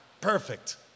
Perfect